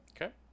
Okay